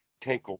take